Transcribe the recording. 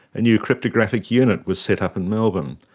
a new cryptographic unit was set up in melbourne,